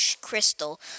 crystal